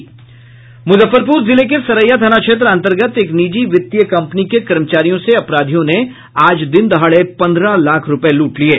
मुजफ्फरपुर जिले के सरैया थाना क्षेत्र अंतर्गत एक निजी वित्तीय कंपनी के कर्मचारियों से अपराधियों ने आज दिन दहाड़े पन्द्रह लाख रुपये लूट लिये